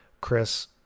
Chris